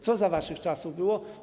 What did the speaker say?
Co za waszych czasów było?